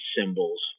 symbols